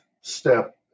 step